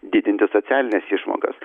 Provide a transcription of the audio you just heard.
didinti socialines išmokas